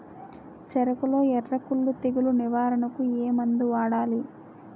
చెఱకులో ఎర్రకుళ్ళు తెగులు నివారణకు ఏ మందు వాడాలి?